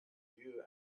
you